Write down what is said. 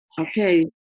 Okay